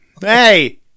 hey